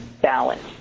balance